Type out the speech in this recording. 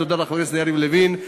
תודה לחבר הכנסת יריב לוין,